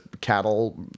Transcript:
cattle